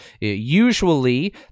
Usually